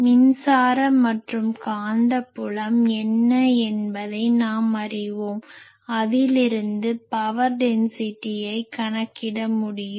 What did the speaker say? மின்சார மற்றும் காந்தப்புலம் என்ன என்பதை நாம் அறிவோம் அதிலிருந்து பவர் டென்சிட்டியை கணக்கிட முடியும்